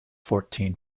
fourteen